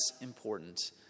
important